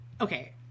okay